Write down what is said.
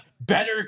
better